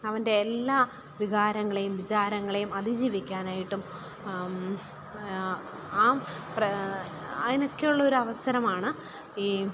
അവൻ്റെ എല്ലാം വികാരങ്ങളെയും വിചാരങ്ങളെയും അതിജീവിക്കാനായിട്ടും ആ അതിനൊക്കെയുള്ളൊരു അവസരമാണ് ഈ